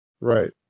Right